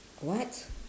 what